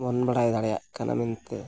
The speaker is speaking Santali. ᱵᱚᱱ ᱵᱟᱲᱟᱭ ᱫᱟᱲᱮᱭᱟᱜ ᱠᱟᱱᱟ ᱢᱮᱱᱛᱮ